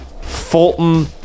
Fulton